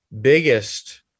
biggest